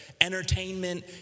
Entertainment